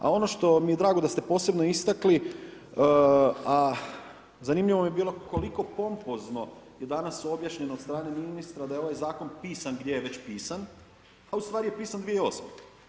A ono što mi je drago da ste posebno istakli, a zanimljivo je bilo koliko pompozno je danas objašnjeno od strane ministra da je ovaj zakon pisan gdje je već pisan, a ustvari je pisan 2008.